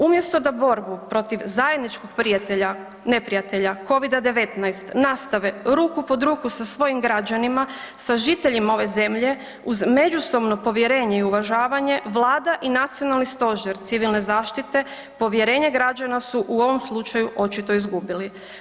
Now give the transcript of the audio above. Umjesto da borbu protiv zajedničkog prijatelja, neprijatelja Covida-19 nastave ruku pod ruku sa svojim građanima, sa žiteljima ove zemlje uz međusobno povjerenje i uvažavanje Vlada i Nacionalni stožer civilne zaštite povjerenje građana su u ovom slučaju očito izgubili.